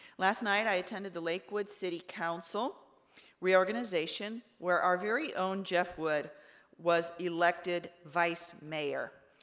last night, i attended the lakewood city council reorganization, where our very own jeff wood was elected vice mayor.